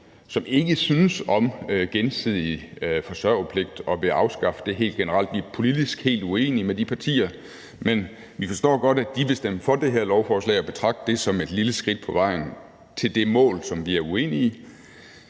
som ikke synes om gensidig forsørgerpligt og vil afskaffe det helt generelt. Vi er politisk helt uenige med de partier, men vi forstår godt, at de vil stemme for det her lovforslag og betragte det som et lille skridt på vejen til det mål, som vi er uenige om.